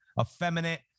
effeminate